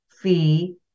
fee